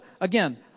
again